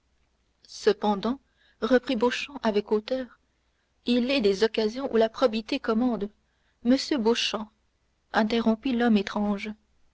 cependant reprit beauchamp avec hauteur il est des occasions où la probité commande monsieur beauchamp interrompit l'homme étrange